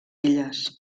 illes